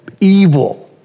evil